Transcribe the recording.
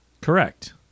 Correct